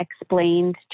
explained